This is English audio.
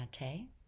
mate